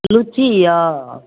लिच्ची यऽ